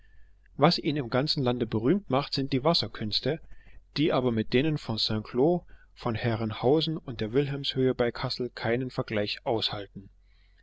was ihn im ganzen lande berühmt macht sind die wasserkünste die aber mit denen von st cloud von herrenhausen und der wilhelmshöhe bei kassel keinen vergleich aushalten